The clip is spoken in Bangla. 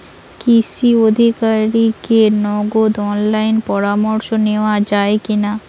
কৃষি আধিকারিকের নগদ অনলাইন পরামর্শ নেওয়া যায় কি না?